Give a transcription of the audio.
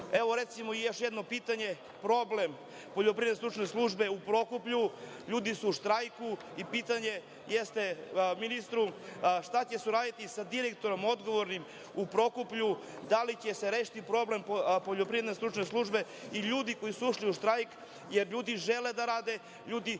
recimo, još jedno pitanje. Problem Poljoprivredne stručne službe u Prokuplju, ljudi su u štrajku i pitanje jeste ministru – šta će se uraditi sa direktorom odgovornim u Prokuplju, da li će se rešiti problem Poljoprivredne stručne službe i ljudi koji su ušli u štrajk? LJudi žele da rade, ljudi